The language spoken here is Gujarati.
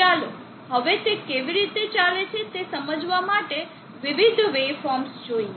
ચાલો હવે તે કેવી રીતે ચાલે છે તે સમજવા માટે વિવિધ વેવફોર્મ્સ જોઈએ